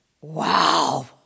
wow